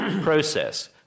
process